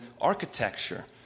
architecture